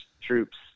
troops